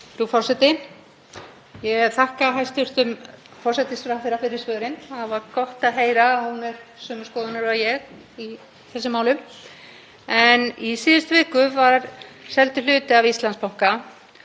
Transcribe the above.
En í síðustu viku var hluti af Íslandsbanka seldur og mikil gagnrýni hefur komið fram á söluferlið og ég hef hitt marga á förnum vegi sem eru hreint bálreiðir og líka mjög vonsviknir.